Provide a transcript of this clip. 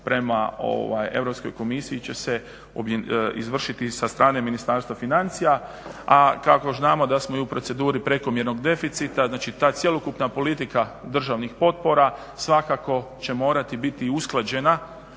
prema Europskoj komisiji će se izvršiti sa strane Ministarstva financija. A kako znamo da smo i u proceduri prekomjernog deficita, znači ta cjelokupna politika državnih potpora svakako će morati biti usklađena